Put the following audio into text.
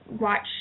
watch